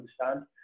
understand